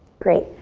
great,